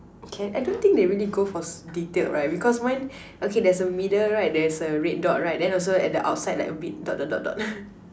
okay I don't think they really go for detailed right because mine okay there's a middle right there's a red dot right then also at the outside like a bit dot dot dot dot